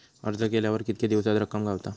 अर्ज केल्यार कीतके दिवसात रक्कम गावता?